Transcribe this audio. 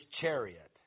chariot